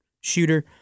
shooter